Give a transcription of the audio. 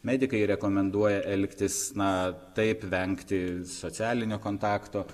medikai rekomenduoja elgtis na taip vengti socialinio kontakto